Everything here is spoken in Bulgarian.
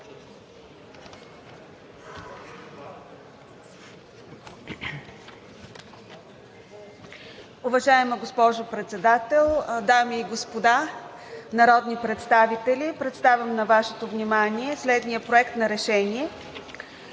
Уважаема госпожо Председател, дами господа народни представители! Представям на Вашето внимание следния Проект на решение: